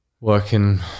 working